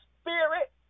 spirit